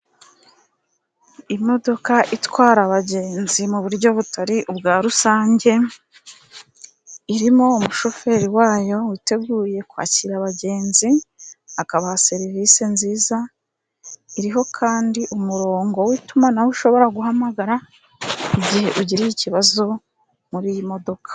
Imodoka itwara abagenzi mu buryo butari ubwa rusange, irimo umushoferi wayo witeguye kwakira abagenzi, akabaha serivisi nziza. Iriho kandi umurongo w'itumanaho ushobora guhamagara igihe ugiriye ikibazo muri iyi modoka.